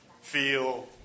feel